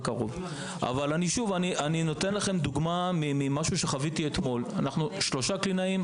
אני רוצה לתת לכם דוגמה ממשהו שחוויתי אתמול: אנחנו שלושה קלינאים,